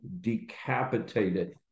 decapitated